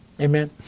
Amen